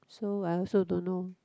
so I also don't know